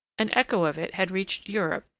an echo of it had reached europe,